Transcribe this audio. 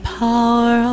power